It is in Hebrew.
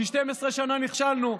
כי 12 שנה נכשלנו.